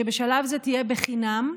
שבשלב זה תהיה בחינם.